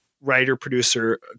writer-producer